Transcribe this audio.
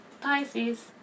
Pisces